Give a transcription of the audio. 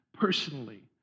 personally